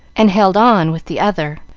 and held on with the other.